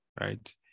right